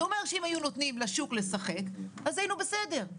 זה אומר שאם היו נותנים לשוק לשחק אז היינו בסדר.